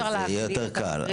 אז זה יהיה יותר קל,